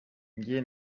njye